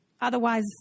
otherwise